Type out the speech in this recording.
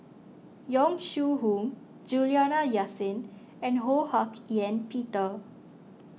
Yong Shu Hoong Juliana Yasin and Ho Hak Ean Peter